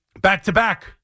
Back-to-back